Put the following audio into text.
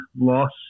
loss